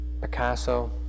Picasso